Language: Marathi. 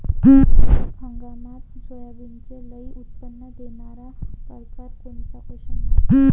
खरीप हंगामात सोयाबीनचे लई उत्पन्न देणारा परकार कोनचा?